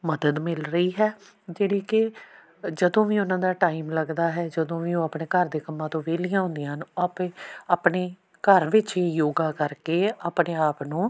ਮਦਦ ਮਿਲ ਰਹੀ ਹੈ ਜਿਹੜੀ ਕਿ ਅ ਜਦੋਂ ਵੀ ਉਹਨਾਂ ਦਾ ਟਾਈਮ ਲੱਗਦਾ ਹੈ ਜਦੋਂ ਵੀ ਉਹ ਆਪਣੇ ਘਰ ਦੇ ਕੰਮਾਂ ਤੋਂ ਵਿਹਲੀਆਂ ਹੁੰਦੀਆਂ ਹਨ ਉਹ ਆਪੇ ਆਪਣੇ ਘਰ ਵਿੱਚ ਹੀ ਯੋਗਾ ਕਰਕੇ ਆਪਣੇ ਆਪ ਨੂੰ